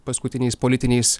paskutiniais politiniais